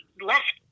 left